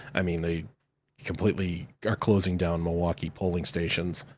i mean, they completely are closing down milwaukee polling stations.